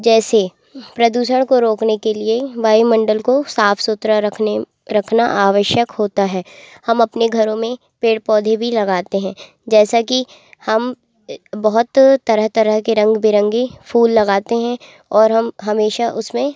जैसे प्रदूषण को रोकने के लिए वायुमंडल को साफ सुथरा रखने रखना आवश्यक होता है हम अपने घरों में पेड़ पौधे भी लगाते हैं जैसा कि हम बहुत तरह तरह के रंग बिरंगे फूल लगाते हैं और हम हमेशा उसमें